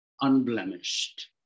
unblemished